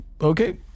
okay